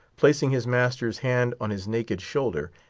placing his master's hand on his naked shoulder,